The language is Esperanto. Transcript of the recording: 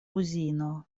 uzino